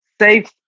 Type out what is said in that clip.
Safe